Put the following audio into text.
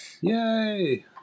Yay